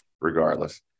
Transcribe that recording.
regardless